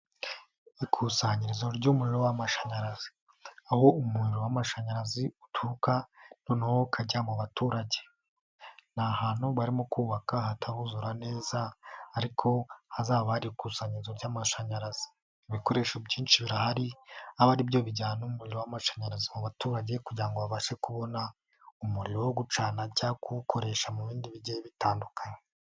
Ikusanyirizo ry'umuriro w'amashanyarazi aho umuriro w'amashanyarazi uturuka noneho ukajya mu baturage ni ahantu barimo kubaka hatari huzura neza ariko hazaba hari ikusanyirizo ry'amashanyarazi ibikoresho byinshi birahari aba ari byo bijyana umuriro w'amashanyarazi mu baturage kugirango babashe kubona umuriro wo gucana cyangwa kuwukoresha mu bindi bigiye bitandukanye.